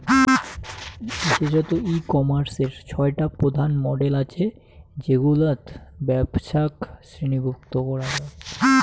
বিশেষতঃ ই কমার্সের ছয়টা প্রধান মডেল আছে যেগুলাত ব্যপছাক শ্রেণীভুক্ত করা যায়